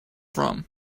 from